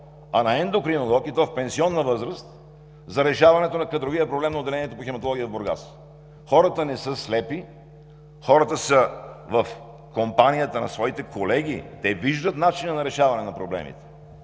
а на ендокринолог, и то в пенсионна възраст, за решаването на кадровия проблем на отделението по хематология в Бургас. Хората не са слепи. Хората са в компанията на своите колеги, те виждат начина на решаване на проблемите.